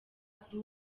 kuri